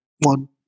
one